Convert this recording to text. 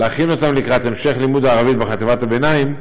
להכין אותם לקראת המשך לימוד הערבית בחטיבת הביניים,